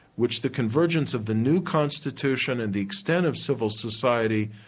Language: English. which the convergence of the new constitution and the extent of civil society,